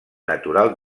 natural